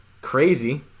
Crazy